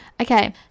okay